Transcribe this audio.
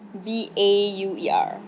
B A U E R